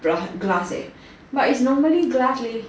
glass eh but it's normally glass eh